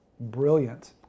brilliant